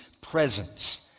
presence